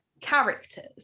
characters